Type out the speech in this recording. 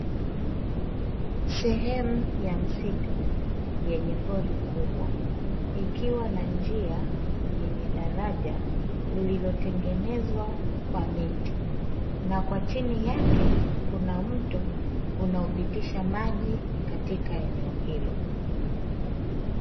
Sehemu ya msitu, yenye pori kubwa. Ikiwa na njia yenye daraja, lililotengenezwa kwa miti. Na kwa chini yake kuna mto, unaopitisha maji katika eneo hilo.